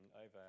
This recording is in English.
over